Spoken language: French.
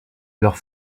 leurs